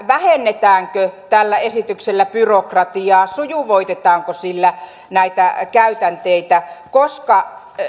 vähennetäänkö tällä esityksellä byrokratiaa ja sujuvoitetaanko sillä näitä käytänteitä koska